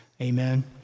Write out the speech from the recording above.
Amen